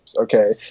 okay